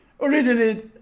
originally